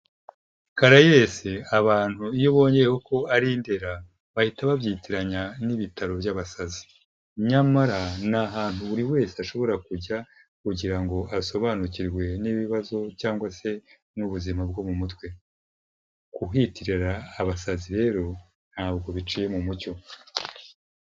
karayesi abantu iyo ubonye uko ari ndera bahita babyitiranya n'ibitaro by'abasazi, nyamara ni ahantu buri wese ashobora kujya kugira ngo asobanukirwe n'ibibazo cyangwa se n'ubuzima bwo mu mutwe kuhitirira abasazi rero ntabwo biciye mu mucyo.